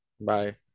bye